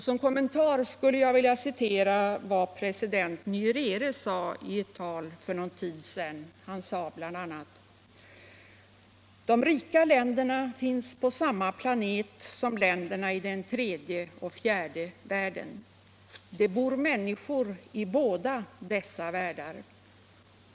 Som kommentar skulle jag vilja citera president Nyerere, som i ett tal för en tid sedan yttrade bl.a.: ”De rika länderna finns på samma planet som länderna i den tredje och fjärde världen. Det bor människor i båda dessa världar.